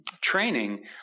training